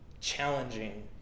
challenging